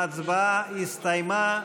ההצבעה נסתיימה.